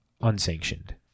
unsanctioned